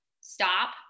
stop